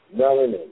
Melanin